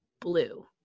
blue